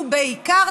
ובעיקר,